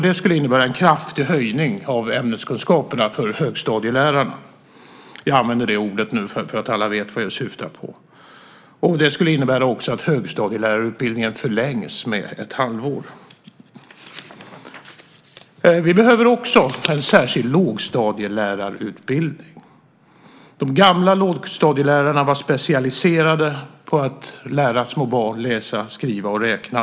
Det skulle innebära en kraftig höjning av ämneskunskaperna för högstadielärarna. Jag använder det ordet så att alla vet vad jag syftar på. Det skulle också innebära att högstadielärarutbildningen förlängs med ett halvår. Vi behöver också en särskild lågstadielärarutbildning. De gamla lågstadielärarna var specialiserade på att lära små barn läsa, skriva och räkna.